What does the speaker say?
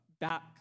back